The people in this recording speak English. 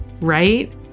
right